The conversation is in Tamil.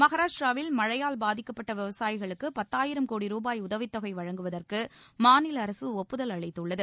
மகாராஷ்ட்ராவில் மழையால் பாதிக்கப்பட்ட விவசாயிகளுக்கு பத்தாயிரம் கோடி ரூபாய் உதவித்தொகை வழங்குவதற்கு மாநில அரசு ஒப்புதல் அளித்துள்ளது